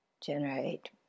generate